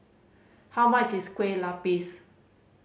how much is Kueh Lapis